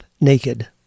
naked